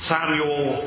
Samuel